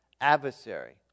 adversary